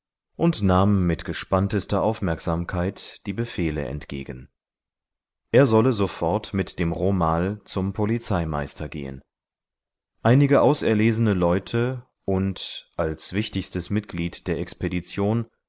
und nahm mit gespanntester aufmerksamkeit die befehle entgegen er solle sofort mit dem romal zum polizeimeister gehen einige auserlesene leute und als wichtigstes mitglied der expedition